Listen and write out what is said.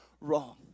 wrong